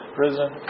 prison